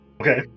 Okay